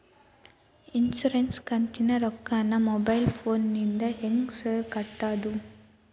Insurance ಕಂತಿನ ರೊಕ್ಕನಾ mobile ಫೋನಿಂದ ಹೆಂಗ್ ಸಾರ್ ಕಟ್ಟದು?